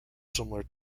similar